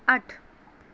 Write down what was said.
ਅੱਠ